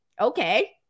Okay